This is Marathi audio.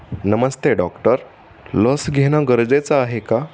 नमस्ते डॉक्टर लस घेणं गरजेचं आहे का